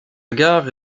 gare